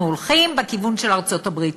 אנחנו הולכים בכיוון של ארצות-הברית.